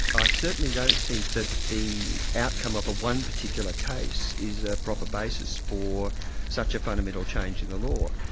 i certainly don't think that the outcome of one particular case is the proper basis for such a fundamental change in the law.